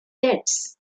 debts